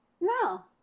no